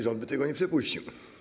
Rząd by tego nie przepuścił.